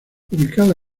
ubicada